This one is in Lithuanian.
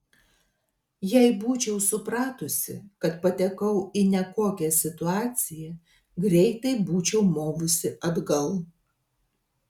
jei būčiau supratusi kad patekau į nekokią situaciją greitai būčiau movusi atgal